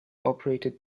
operated